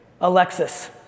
Alexis